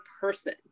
person